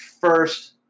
first